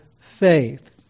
faith